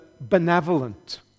benevolent